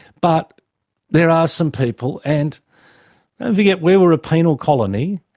but there are some people, and don't forget we were a penal colony,